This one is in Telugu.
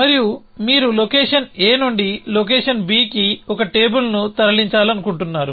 మరియు మీరు లొకేషన్ a నుండి లొకేషన్ b కి ఒక టేబుల్ని తరలించాలనుకుంటున్నారు